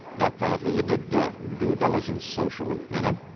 definitely he did due diligence socially, you know?